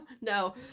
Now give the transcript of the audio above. No